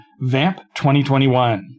VAMP2021